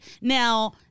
Now-